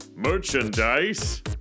merchandise